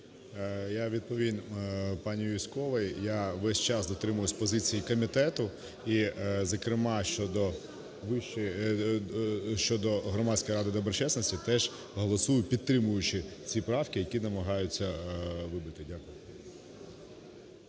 Я відповім пані Юзьковій, я весь час дотримуюся позиції комітету і, зокрема, щодо Громадської ради доброчесності, теж голосую, підтримуючи ці правки, які намагаються вибити. Дякую.